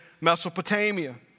Mesopotamia